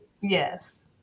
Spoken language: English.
Yes